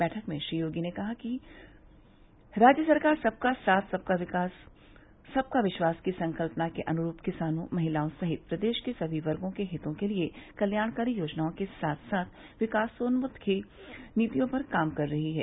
बैठक में श्री योगी ने कहा कि राज्य सरकार सबका साथ सबका विकास सबका विश्वास की संकल्पना के अनुरूप किसानों महिलाओं सहित प्रदेश के सभी वर्गो के हितों के लिए कल्याणकारी योजनओं के साथ साथ विकासोन्मुखी नीतियों पर काम कर रही हैं